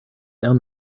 down